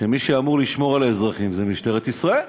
שמי שאמור לשמור על האזרחים הוא משטרת ישראל.